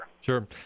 Sure